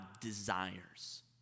desires